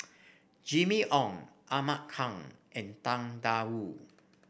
Jimmy Ong Ahmad Khan and Tang Da Wu